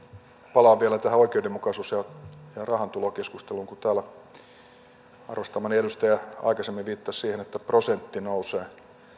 palaan vielä tähän oikeudenmukaisuus ja rahantulokeskusteluun kun täällä arvostamani edustaja aikaisemmin viittasi siihen että prosentti nousee